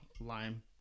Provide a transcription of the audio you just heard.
lime